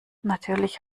natürlich